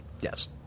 Yes